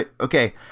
okay